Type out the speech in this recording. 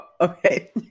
okay